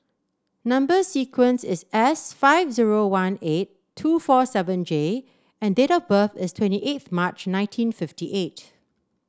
number sequence is S five zero one eight two four seven J and date of birth is twenty eight March nineteen fifty eight